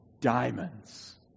diamonds